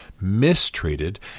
mistreated